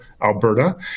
Alberta